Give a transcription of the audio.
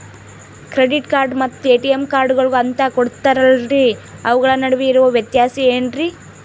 Credit card ಮತ್ತ ATM ಕಾರ್ಡುಗಳು ಅಂತಾ ಕೊಡುತ್ತಾರಲ್ರಿ ಅವುಗಳ ನಡುವೆ ಇರೋ ವ್ಯತ್ಯಾಸ ಏನ್ರಿ?